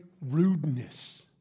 rudeness